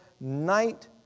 night